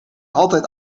altijd